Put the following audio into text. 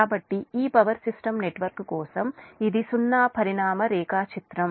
కాబట్టి ఈ power system network కోసం ఇది సున్నా పరిణామ రేఖాచిత్రం